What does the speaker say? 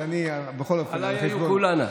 עליי היו כולנה.